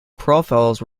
profiles